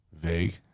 Vague